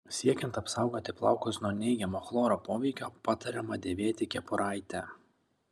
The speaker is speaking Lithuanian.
siekiant apsaugoti plaukus nuo neigiamo chloro poveikio patariama dėvėti kepuraitę